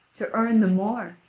to earn the more,